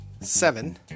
seven